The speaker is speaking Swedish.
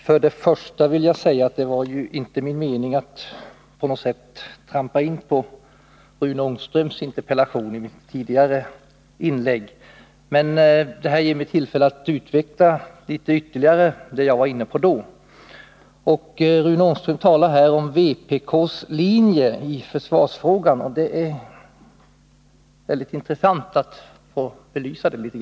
Herr talman! Först vill jag säga att det inte var min mening att på något sätt trampa in på Rune Ångströms interpellation i mitt tidigare inlägg. Men jag vill använda detta tillfälle till att ytterligare utveckla det jag då var inne på. Rune Ångström talar om vpk:s linje i försvarsfrågan, och det är mycket intressant att belysa detta.